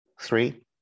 three